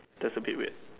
that's a bit weird